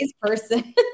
person